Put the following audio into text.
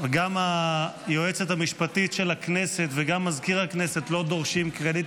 וגם היועצת המשפטית של הכנסת וגם מזכיר הכנסת לא דורשים קרדיט,